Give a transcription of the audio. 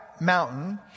mountain